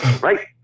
right